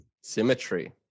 Symmetry